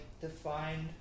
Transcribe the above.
defined